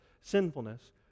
sinfulness